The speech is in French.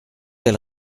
elle